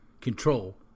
control